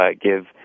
give